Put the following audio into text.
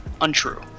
untrue